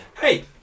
Hey